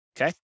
Okay